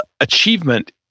achievement